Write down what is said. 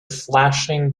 flashing